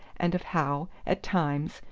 and of how, at times,